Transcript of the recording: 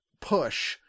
push